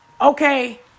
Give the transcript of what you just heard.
Okay